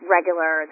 Regular